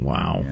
Wow